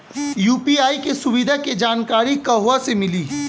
UPI के सुविधा के जानकारी कहवा से मिली?